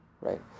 Right